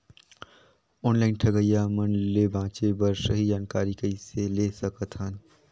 Online ठगईया मन ले बांचें बर सही जानकारी कइसे ले सकत हन?